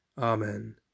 Amen